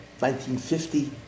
1950